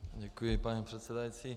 Děkuji, paní předsedající.